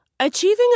Achieving